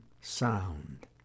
sound